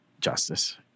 justice